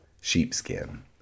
Sheepskin